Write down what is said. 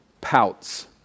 pouts